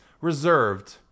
reserved